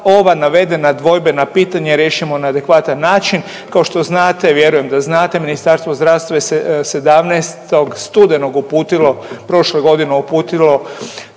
ova navedena dvojbena pitanja riješimo na adekvatan način. Kao što znate, vjerujem da znate Ministarstvo zdravstva je 17. studenog uputilo, prošle godine uputilo